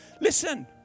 Listen